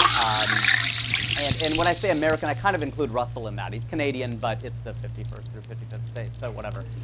um and and when i say american, i kind of include russell in that. he's canadian, but it's the fifty first through fifty fifth state, so whatever.